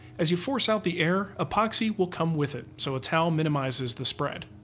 as you force out the air, epoxy will come with it, so a towel minimizes the spread.